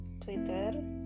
Twitter